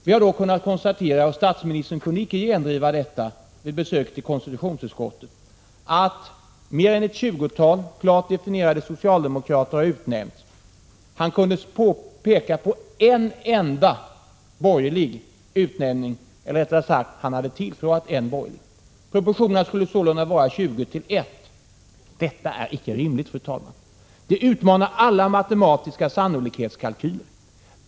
Vi har då kunnat konstatera att statsministern vid sitt besök i konstitutionsutskottet inte kunde gendriva att mer än ett tjugotal klart definierade socialdemokrater har utnämnts. Han kunde peka på en enda borgerlig utnämning, eller rättare sagt, han hade tillfrågat en borgerlig person. Proportionerna skulle sålunda vara 20 till 1. Detta är icke rimligt, fru talman! Det utmanar alla matematiska sannolikhetskalkyler.